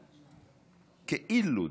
כאילו-דמוקרטיה.